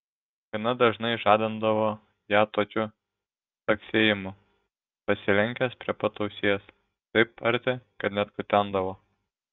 gana dažnai žadindavo ją tokiu caksėjimu pasilenkęs prie pat ausies taip arti kad net kutendavo